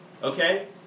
okay